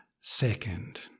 second